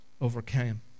overcame